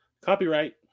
Copyright